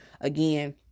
again